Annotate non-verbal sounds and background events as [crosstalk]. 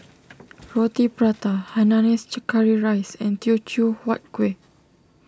[noise] Roti Prata Hainanese [unintelligible] Curry Rice and Teochew Huat Kueh